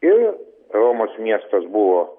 ir romos miestas buvo